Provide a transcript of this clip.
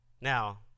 Now